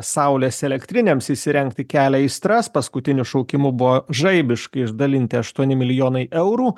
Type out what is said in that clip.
saulės elektrinėms įsirengti kelia aistras paskutiniu šaukimu buvo žaibiškai išdalinti aštuoni milijonai eurų